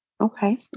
Okay